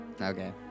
Okay